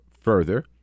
further